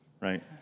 right